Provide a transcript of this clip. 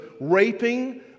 raping